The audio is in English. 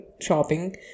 shopping